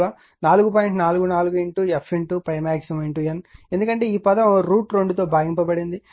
44 f N ∅max ఎందుకంటే ఈ పదం √ 2 తో భాగించబడింది